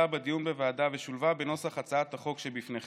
בדיון בוועדה ושולבה בנוסח הצעת החוק שלפניכם.